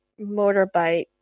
motorbike